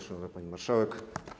Szanowna Pani Marszałek!